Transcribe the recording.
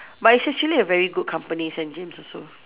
but it's actually a very good company Saint James also